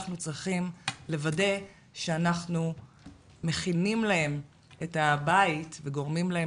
אנחנו צריכים לוודא שאנחנו מכינים להם את הבית וגורמים להם